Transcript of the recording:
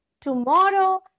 tomorrow